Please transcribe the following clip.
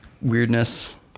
weirdness